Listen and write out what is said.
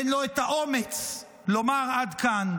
אין לו את האומץ לומר: עד כאן.